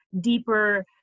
deeper